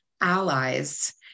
allies